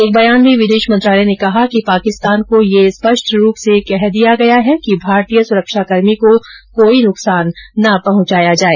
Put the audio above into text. एक बयान में विदेश मंत्रालय ने कहा कि पाकिस्तान को यह स्पष्ट रूप से कह दिया गया है कि भारतीय सुरक्षाकर्मी को कोई नुकसान न पहुंचाया जाए